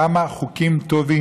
על כמה חוקים טובים,